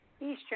Eastern